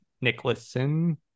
nicholson